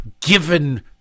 given